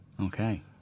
Okay